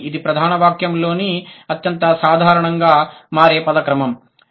కాబట్టి ఇది ప్రధాన వాక్యంలోని అత్యంత సాధారణంగా మారే పద క్రమం